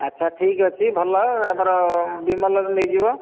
ଆଚ୍ଛା ଠିକ୍ ଅଛି ଭଲ ଆମର ବିମଲର ନେଇଯିବ